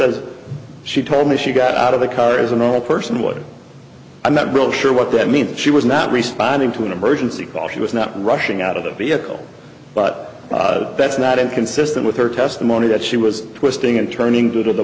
says she told me she got out of the car is a normal person would i'm not really sure what that means she was not responding to an emergency call she was not rushing out of the vehicle but that's not inconsistent with her testimony that she was twisting and turning to the